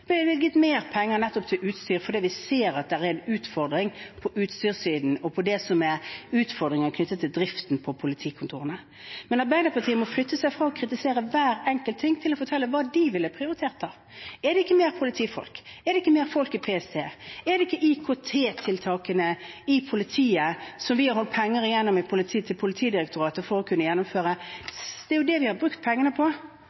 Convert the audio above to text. ser at det er en utfordring på utstyrssiden – og utfordringer knyttet til driften ved politikontorene. Arbeiderpartiet må flytte seg fra å kritisere hver enkelt ting til å fortelle hva de ville prioritert. Er det ikke flere politifolk? Er det ikke flere folk i PST? Er det ikke IKT-tiltakene i politiet, som vi har holdt igjen penger til gjennom Politidirektoratet for å kunne gjennomføre? Det er det vi har brukt pengene på,